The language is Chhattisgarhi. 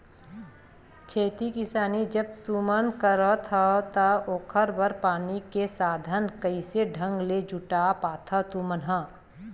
खेती किसानी जब तुमन करथव त ओखर बर पानी के साधन कइसे ढंग ले जुटा पाथो तुमन ह?